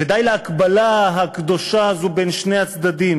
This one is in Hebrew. ודי להקבלה הקדושה הזאת בין שני הצדדים,